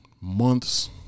months